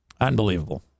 Unbelievable